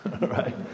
right